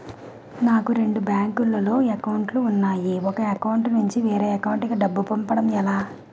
నాకు రెండు బ్యాంక్ లో లో అకౌంట్ లు ఉన్నాయి ఒక అకౌంట్ నుంచి వేరే అకౌంట్ కు డబ్బు పంపడం ఎలా?